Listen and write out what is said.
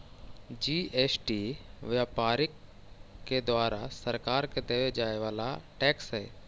GST व्यापारि के द्वारा सरकार के देवे जावे वाला टैक्स हई